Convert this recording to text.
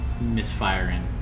misfiring